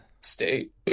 state